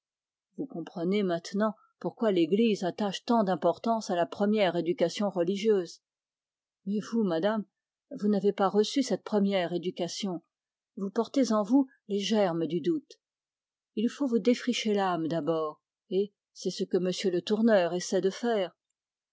vous comprenez maintenant pourquoi l'église attache tant d'importance à la première éducation religieuse mais vous madame vous n'avez pas reçu cette première éducation vous portez en vous les germes du doute il vous faut défricher l'âme d'abord et c'est ce que m le tourneur essaie de faire